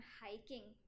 hiking